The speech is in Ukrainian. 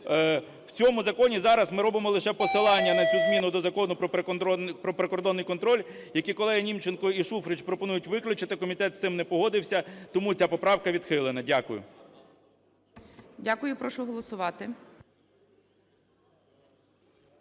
В цьому законі зараз ми робимо лише посилання на цю зміну до Закону "Про прикордонний контроль", які колеги Німченко і Шуфрич пропонують виключити. Комітет із цим не погодився, тому ця поправка відхилена. Дякую. ГОЛОВУЮЧИЙ. Дякую. Прошу голосувати.